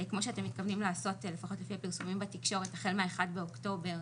כמו שאתם מתכוונים לעשות לפחות לפי הפרסומים בתקשורת החל מ-1 באוקטובר,